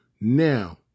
Now